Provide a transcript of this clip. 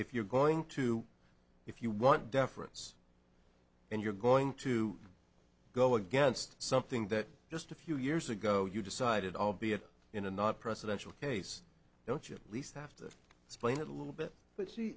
if you're going to if you want deference and you're going to go against something that just a few years ago you decided albeit in a not precedential case don't you at least have to explain it a little bit but see